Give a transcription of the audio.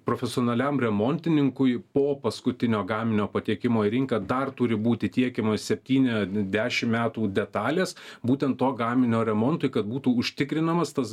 profesionaliam remontininkui po paskutinio gaminio patekimo į rinką dar turi būti tiekiama septyni dešimt metų detalės būtent to gaminio remontui kad būtų užtikrinamas tas